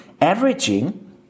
averaging